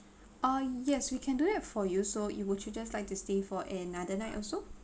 ah yes we can do it for you so you would you just like to stay for another night also